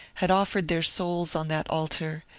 had offered their souls on that altar,